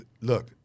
look